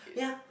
ya